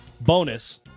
Bonus